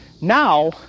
Now